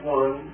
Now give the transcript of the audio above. one